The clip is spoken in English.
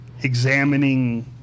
examining